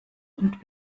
und